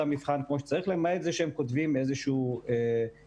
המבחן כמו שצריך למעט זה שהם כותבים איזשהו נייר,